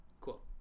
Cool